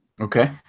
Okay